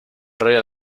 royal